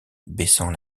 baissant